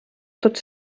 tots